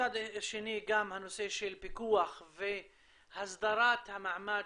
מצד שני גם הנושא של פיקוח והסדרת המעמד